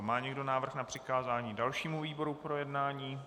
Má někdo návrh na přikázání dalšímu výboru k projednání?